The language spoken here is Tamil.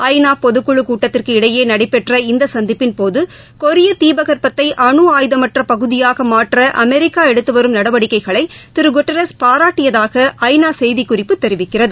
ஐ நா பொதுக்குழு கூட்டத்திற்கு இடையே நடைபெற்ற இந்த சந்திப்பின்போது கொரிய தீபகற்பத்தை அனு ஆயுதமற்ற பசூதியாக மாற்ற அமெரிக்கா எடுத்து வரும் நடவடிக்கைகளை திரு குடேரஸ் பாராட்டியதாக ஐ நா செய்திக்குறிப்பு தெரிவிக்கிறது